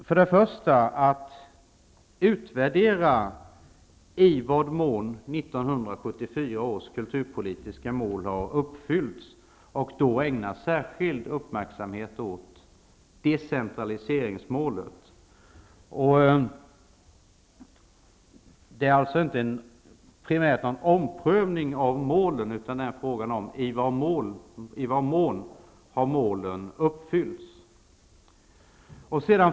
För det första skall utredningen utvärdera i vad mån 1974 års kulturpolitiska mål har uppfyllts och då ägna särskild uppmärksamhet åt decentraliseringsmålet. Det är alltså inte primärt en fråga om någon omprövning av målen.